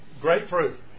Grapefruit